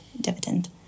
dividend